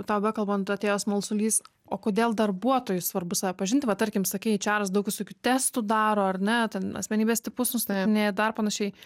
tau bekalbant atėjo smalsulys o kodėl darbuotojui svarbu save pažinti va tarkim sakei eičeras daug visokių testų daro ar ne ten asmenybės tipus nustatinėja dar panašiai